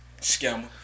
Scammer